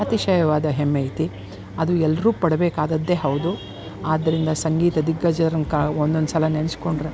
ಅತಿಶಯವಾದ ಹೆಮ್ಮೆ ಐತಿ ಅದು ಎಲ್ಲರೂ ಪಡಬೇಕಾದದ್ದೇ ಹೌದು ಆದ್ದರಿಂದ ಸಂಗೀತ ದಿಗ್ಗಜರನ್ನಾ ಒಂದೊಂದ್ಸಲ ನೆನಸ್ಕೊಂಡ್ರೆ